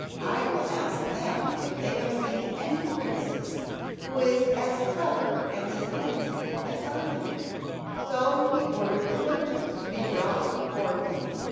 i will ask them if they have seen any princess who is as clever and as handsome as i am so he ordered the merchants to be brought before him,